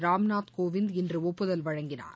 ராம்நாத் கோவிந்த் இன்று ஒப்புதல் வழங்கினார்